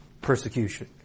persecution